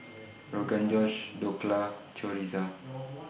Rogan Josh Dhokla Chorizo